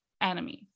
enemies